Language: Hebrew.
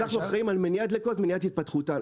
אנחנו אחראים על מניעת דלקות ומניעת התפתחותן.